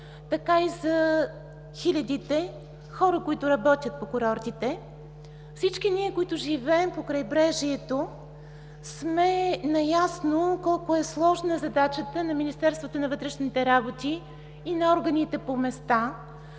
така и за хилядите хора, които работят по курортите. Всички ние, които живеем по крайбрежието, сме наясно колко е сложна задачата на Министерството на вътрешните работи и на органите по места,